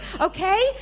okay